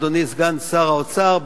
אדוני סגן שר האוצר,